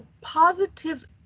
positive